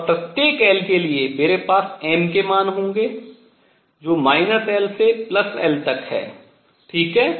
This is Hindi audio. और प्रत्येक l के लिए मेरे पास m के मान होंगे जो l से l तक है ठीक है